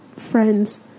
friends